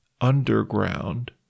Underground